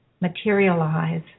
materialize